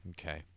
okay